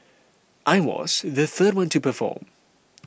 I was the third one to perform